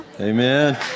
Amen